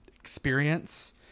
experience